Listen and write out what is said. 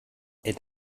est